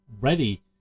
ready